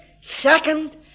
second